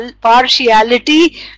partiality